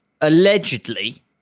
Allegedly